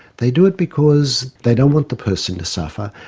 they do it because they don't want the person to suffer,